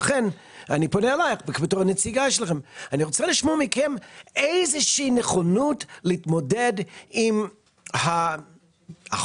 אני רוצה לשמוע מכם איזו שהיא נכונות להתמודד עם החוק,